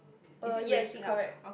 uh yes correct